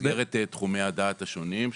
במסגרת תחומי הדעת השונים.